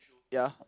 ya